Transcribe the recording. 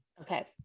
Okay